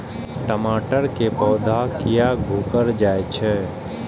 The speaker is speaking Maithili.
टमाटर के पौधा किया घुकर जायछे?